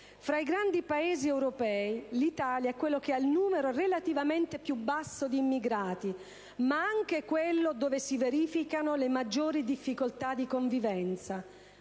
Fra i grandi Paesi europei, l'Italia è quello che ha il numero relativamente più basso di immigrati, ma anche quello dove si verificano le maggiori difficoltà di convivenza.